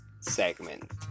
segment